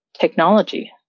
technology